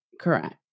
Correct